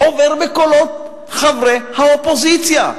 עובר בקולות חברי האופוזיציה.